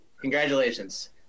Congratulations